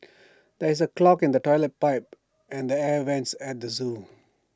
there is A clog in the Toilet Pipe and the air Vents at the Zoo